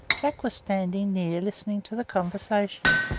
jack was standing near listening to the conversation.